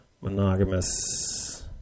Monogamous